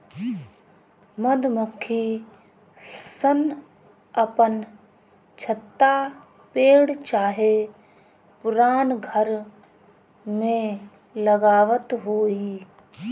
मधुमक्खी सन अपन छत्ता पेड़ चाहे पुरान घर में लगावत होई